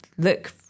look